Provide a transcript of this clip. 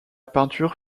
peinture